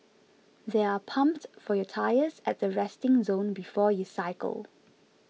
there are pumps for your tyres at the resting zone before you cycle